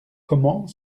comment